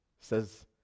says